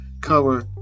cover